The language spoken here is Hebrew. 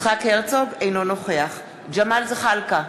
אינו נוכח ג'מאל זחאלקה,